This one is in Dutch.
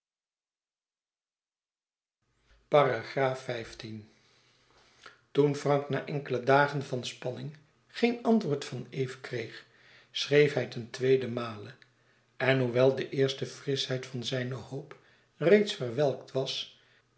xv toen frank na enkele dagen van spanning geen antwoord van eve kreeg schreef hij ten tweeden male en hoewel de eerste frischheid van zijne hoop reeds verwelkt was